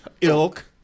Ilk